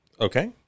Okay